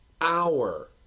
hour